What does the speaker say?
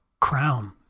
crown